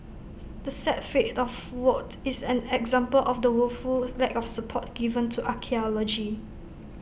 the sad fate of WoT is but an example of the woeful lack of support given to archaeology